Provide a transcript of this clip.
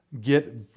get